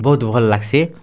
ବହୁତ୍ ଭଲ୍ ଲାଗ୍ସି